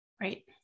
Right